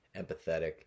empathetic